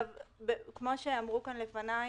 כפי שאמרו כאן לפניי,